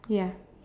ya